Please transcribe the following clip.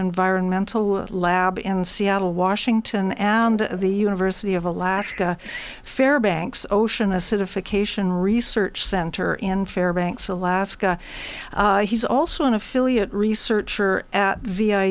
environmental lab in seattle washington at the university of alaska fairbanks ocean acidification research center in fairbanks alaska he's also an affiliate researcher at v